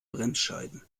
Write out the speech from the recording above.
bremsscheiben